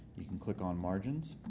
you can click on margins.